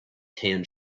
tan